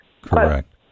Correct